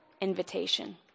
invitation